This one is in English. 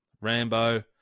Rambo